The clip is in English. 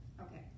Okay